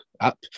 app